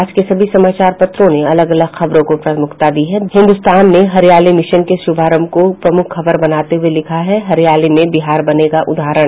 आज के सभी समाचार पत्रों ने अलग अलग खबरों को प्रमुखता दी है हिन्दुस्तान ने हरियाली मिशन के शुभारंभ को प्रमुख खबर बनाते हुए लिखा है हरियाली में बिहार बनेगा उदाहरण